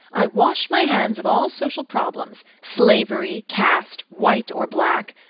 i wash my hands of all social problems slavery, caste, white or black.